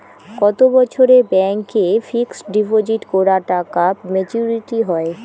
কত বছরে ব্যাংক এ ফিক্সড ডিপোজিট করা টাকা মেচুউরিটি হয়?